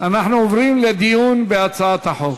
אנחנו עוברים לדיון בהצעת החוק.